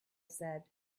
said